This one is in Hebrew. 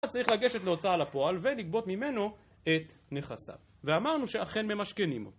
היה צריך לגשת להוצאה לפועל, ולגבות ממנו את נכסיו. ואמרנו שאכן ממשכנים